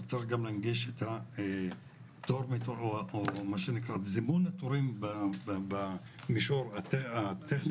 אז צריך גם להנגיש את הפטור מתור או מה שנקרא זימון התורים במישור הטכני